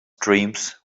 dreams